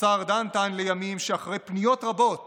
השר ארדן טען לימים שאחרי פניות רבות